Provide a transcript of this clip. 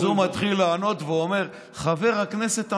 אז הוא מתחיל לענות ואומר: חבר הכנסת אמסלם.